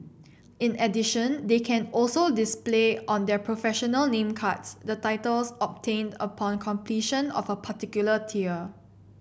in addition they can also display on their professional name cards the titles obtained upon completion of a particular tier